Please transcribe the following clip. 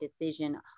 decision